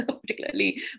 particularly